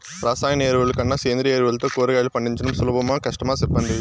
రసాయన ఎరువుల కన్నా సేంద్రియ ఎరువులతో కూరగాయలు పండించడం సులభమా కష్టమా సెప్పండి